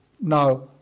now